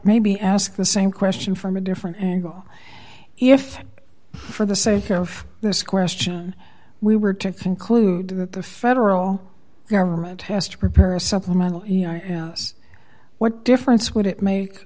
maybe ask the same question from a different angle if for the sake of this question we were to conclude that the federal government has to prepare a supplemental us what difference would it make